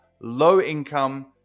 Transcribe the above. low-income